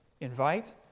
invite